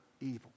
evil